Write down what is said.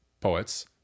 poets